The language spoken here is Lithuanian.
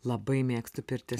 labai mėgstu pirtis